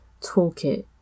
Toolkit